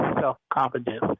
self-confidence